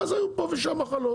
ואז היו פה ושם מחלות,